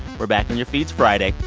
we're back in your feeds friday.